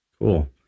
Cool